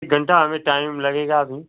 एक घंटा हमें टाइम लगेगा अभी